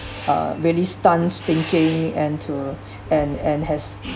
uh really stuns thinking and to and and has